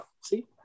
See